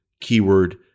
keyword